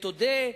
תודה,